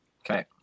Okay